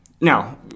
Now